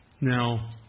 Now